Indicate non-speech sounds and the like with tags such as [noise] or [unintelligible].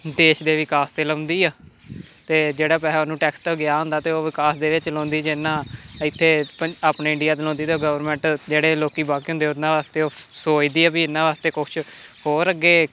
ਦੇਸ਼ ਦੇ ਵਿਕਾਸ 'ਤੇ ਲਾਉਂਦੀ ਆ ਅਤੇ ਜਿਹੜਾ ਪੈਸਾ ਉਹਨੂੰ ਟੈਕਸ ਤੋਂ ਗਿਆ ਹੁੰਦਾ ਤਾਂ ਉਹ ਵਿਕਾਸ ਦੇ ਵਿੱਚ ਲਾਉਂਦੀ ਜੇ ਇੰਨਾ ਇੱਥੇ ਪੰ ਆਪਣੇ ਇੰਡੀਆ 'ਤੇ ਲਾਉਂਦੀ ਤਾਂ ਗਵਰਮੈਂਟ ਜਿਹੜੇ ਲੋਕੀਂ [unintelligible] ਹੁੰਦੇ ਉਨ੍ਹਾਂ ਵਾਸਤੇ ਉਹ ਸੋਚਦੀ ਆ ਵੀ ਇਹਨਾਂ ਵਾਸਤੇ ਕੁਛ ਹੋਰ ਅੱਗੇ